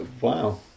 Wow